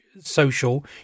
social